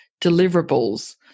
deliverables